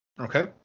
Okay